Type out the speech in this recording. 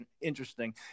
interesting